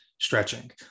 stretching